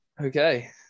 Okay